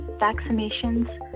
vaccinations